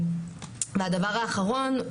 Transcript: הדבר האחרון,